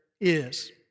is